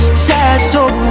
sad so